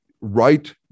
right